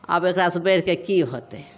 आब एकरासे बढ़िके कि होतै